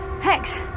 Hex